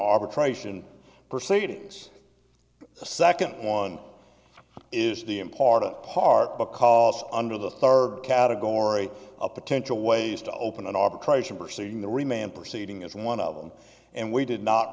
arbitration proceedings the second one is the important part because under the third category a potential ways to open an arbitration proceeding the remain proceeding is one of them and we did not